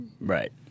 Right